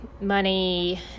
money